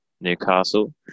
Newcastle